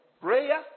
prayer